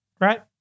right